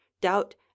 doubt